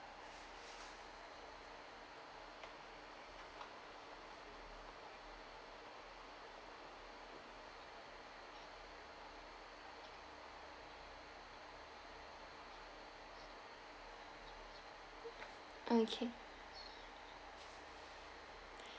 okay